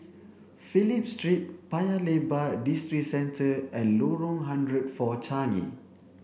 Phillip Street Paya Lebar Districentre and Lorong hundred four Changi